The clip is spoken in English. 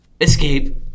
escape